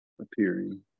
appearing